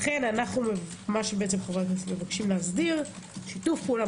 לכן חברי הכנסת מבקשים להסדיר שיתוף פעולה